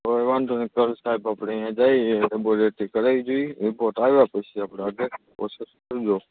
કોઈ વાંધો નહીં કાલે સાહેબ આપણે ત્યાં જઇએ લેબોરેટરી કરાવી જોઈએ રીપોર્ટ આવ્યા પછી આપણે આગળ પ્રોસેસ કરજો